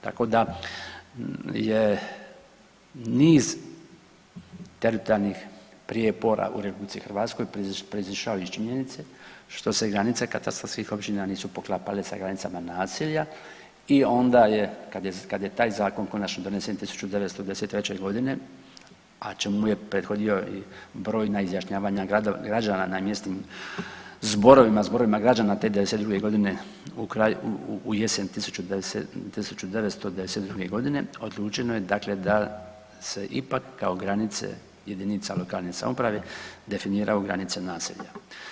Tako da je niz teritorijalnih prijepora u RH proizašao iz činjenice što se granice katastarskih općina nisu poklapale sa granicama naselja i onda je kad je taj zakon konačno donesen 1993.g., a čemu je prethodio i brojna izjašnjavanja građana na mjesnim zborovima, zborovima građana te '92.g., u jesen 1992.g., odlučeno je dakle da se ipak kao granice JLS definiraju granice naselja.